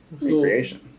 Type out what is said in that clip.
recreation